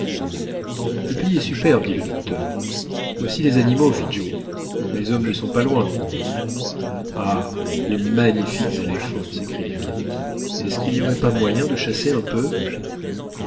le pays est superbe dit le docteur voici les animaux fit joe les hommes ne sont pas loin ah les magnifiques éléphants s'écria kennedy est-ce qu'il n'y aurait pas moyen de chasser un peu